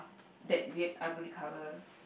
that weird ugly colour